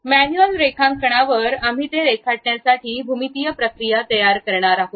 manual रेखांकनावर आम्ही ते रेखाटण्यासाठी भूमितीय प्रक्रिया तयार करणार आहोत